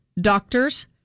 doctors